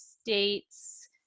states